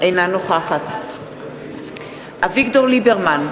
אינה נוכחת אביגדור ליברמן,